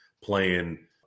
playing